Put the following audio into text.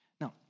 Now